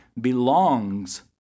belongs